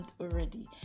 already